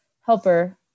helper